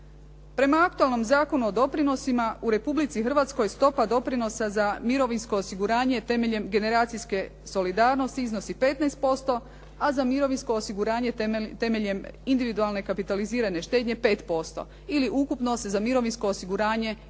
Prema aktualnom Zakonu o doprinosima u Republici Hrvatskoj stopa doprinosa za mirovinsko osiguranje temeljem generacijske solidarnosti iznosi 15%, a za mirovinsko osiguranje temeljem individualne kapitalizirane štednje 5% ili ukupno se za mirovinsko osiguranje